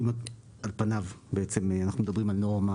האם על פינו אנחנו מדברים על נורמה